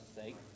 sake